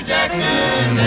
Jackson